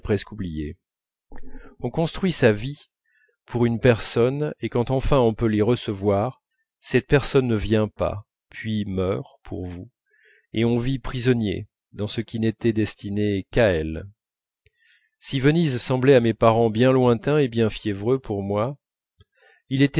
oubliée on construit sa vie pour une personne et quand enfin on peut l'y recevoir cette personne ne vient pas puis meurt pour vous et on vit prisonnier dans ce qui n'était destiné qu'à elle si venise semblait à mes parents bien lointain et bien fiévreux pour moi il